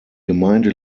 gemeinde